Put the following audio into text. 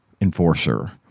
enforcer